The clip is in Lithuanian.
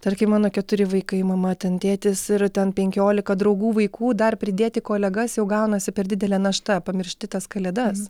tarkim mano keturi vaikai mama ten tėtis ir ten penkiolika draugų vaikų dar pridėti kolegas jau gaunasi per didelė našta pamiršti tas kalėdas